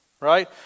Right